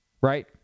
right